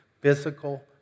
physical